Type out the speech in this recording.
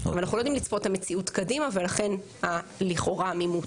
אבל אנחנו לא יודעים לצפות את המציאות קדימה ולכן לכאורה העמימות.